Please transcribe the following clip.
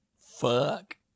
Fuck